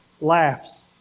laughs